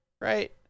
right